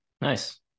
nice